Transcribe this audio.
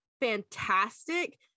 fantastic